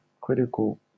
critical